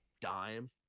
dime